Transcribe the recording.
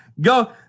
go